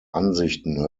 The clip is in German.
ansichten